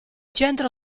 centro